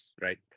right